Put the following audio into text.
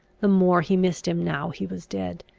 the more he missed him now he was dead.